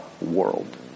world